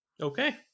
Okay